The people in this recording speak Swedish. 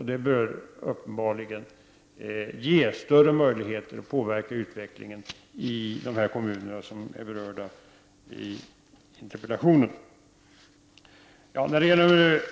Detta bör uppenbarligen ge oss större möjligheter att påverka utvecklingen i de kommuner som tas upp i interpellationen. Jag vill inte